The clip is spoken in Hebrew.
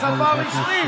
ערבית זו שפה רשמית.